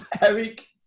Eric